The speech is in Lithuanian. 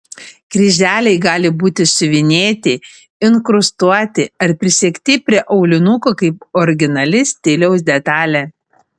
kryželiai gali būti siuvinėti inkrustuoti ar prisegti prie aulinuko kaip originali stiliaus detalė